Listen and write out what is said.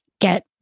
get